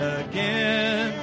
again